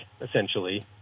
essentially